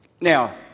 Now